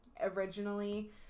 Originally